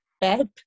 bad